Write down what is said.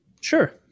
Sure